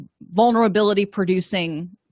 vulnerability-producing